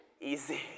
Easy